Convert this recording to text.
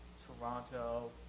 toronto,